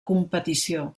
competició